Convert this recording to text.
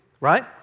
Right